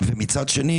מן הצד השני,